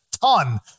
ton